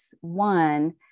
one